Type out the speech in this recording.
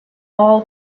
all